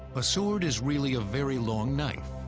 a sword is really a very long knife.